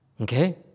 Okay